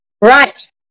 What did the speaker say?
right